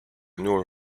noor